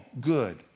good